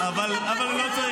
והנאומים שלו זה נאומים